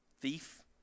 Thief